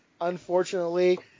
unfortunately